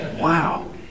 wow